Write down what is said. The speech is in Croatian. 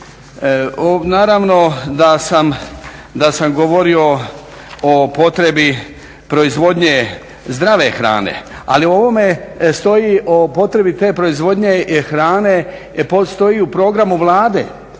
Naravno da sam govorio o potrebi proizvodnje zdrave hrane. Ali u ovome stoji o potrebi te proizvodnje hrane postoji u programu Vlade,